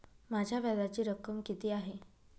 माझ्या व्याजाची रक्कम किती आहे?